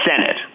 Senate